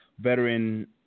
veteran